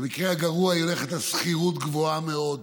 במקרה הגרוע, היא הולכת על שכירות גבוהה מאוד.